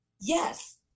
Yes